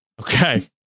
Okay